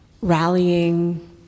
rallying